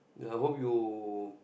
I hope you